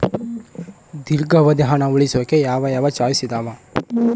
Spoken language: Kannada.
ದೇರ್ಘಾವಧಿ ಹಣ ಉಳಿಸೋಕೆ ಯಾವ ಯಾವ ಚಾಯ್ಸ್ ಇದಾವ?